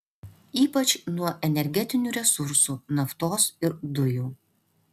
ypač nuo energetinių resursų naftos ir dujų